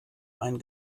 ein